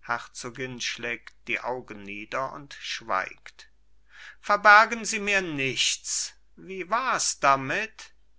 herzogin schlägt die augen nieder und schweigt verbergen sie mir nichts wie wars damit